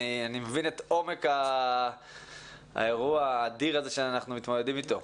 אני מבין את עומק האירוע האדיר הזה שאנחנו מתמודדים איתו.